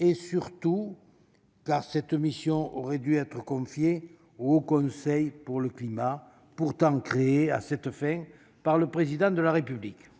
mais surtout cette mission aurait dû être confiée au Haut Conseil pour le climat, précisément créé à cette fin par le Président de la République.